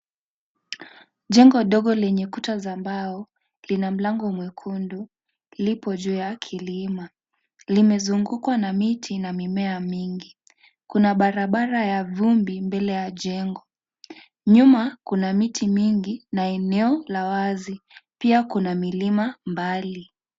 Jengo dogo lenye kuta za mbao lina mlango mwekundu. Lipo juu ya kilima. Limezungukwa na miti na mimea mingi. Kuna barabara ya vumbi mbele ya jengo. Nyuma kuna miti mingi na eneo la wazi. Pia kuna milima mbali.